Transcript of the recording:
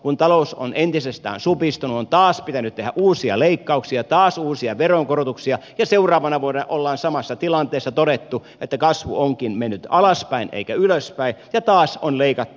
kun talous on entisestään supistunut on taas pitänyt tehdä uusia leikkauksia taas uusia veronkorotuksia ja seuraavana vuonna ollaan samassa tilanteessa todettu että kasvu onkin mennyt alaspäin eikä ylöspäin ja taas on leikattu